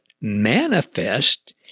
manifest